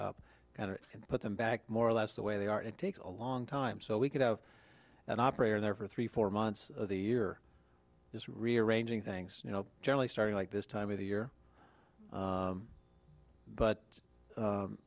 up and put them back more or less the way they are it takes a long time so we could have an operator there for three four months of the year this rearranging things you know generally starting like this time of the year but